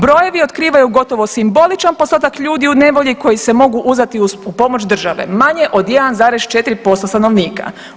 Brojevi otkrivaju gotovo simboličan postotak ljudi u nevolji koji se mogu uzdati u pomoć države, manje od 1,4% stanovnika.